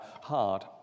hard